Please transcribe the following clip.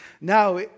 Now